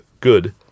good